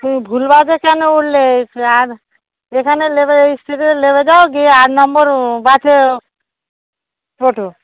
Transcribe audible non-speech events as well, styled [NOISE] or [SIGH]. তুই ভুলবাসে কেন উঠলে আর এখানে নেমে [UNINTELLIGIBLE] নেমে যাও কি আর নম্বর বাসে ওঠো